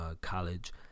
college